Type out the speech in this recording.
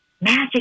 magic